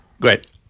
Great